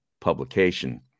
publication